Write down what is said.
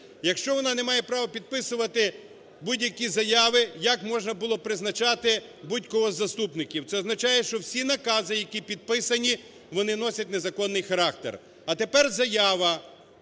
Якщо вона не має права підписувати будь-які заяви, як можна було призначати будь-якого із заступників? Це означає, що всі накази, які підписані, вони носять незаконний характер. А тепер заява